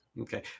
Okay